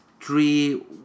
three